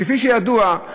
כפי שידוע,